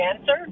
answer